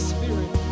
Spirit